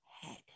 head